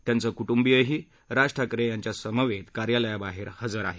त्यांचे कुटुंबीयही राज ठाकरे यांच्यासमवेत कार्यालयाबाहेर हजर आहेत